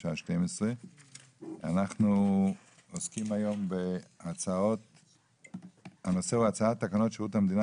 בשעה 12. הנושא הוא הצעת תקנות שירות המדינה